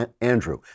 Andrew